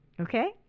Okay